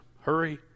hurry